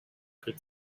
could